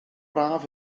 braf